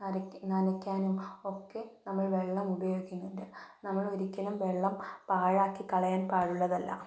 നനയ്ക്കാനും ഒക്കെ നമ്മള് വെള്ളം ഉപയോഗിക്കുന്നുണ്ട് നമ്മള് ഒരിക്കലും വെള്ളം പാഴാക്കികളയരുത്